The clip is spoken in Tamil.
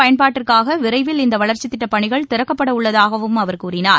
பயன்பாட்டிற்காக விரைவில் இந்த மக்கள் வளர்ச்சித்திட்டப்பணிகள் திறக்கப்படவுள்ளதாகவும் அவர் கூறினார்